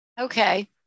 Okay